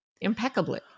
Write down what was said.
impeccably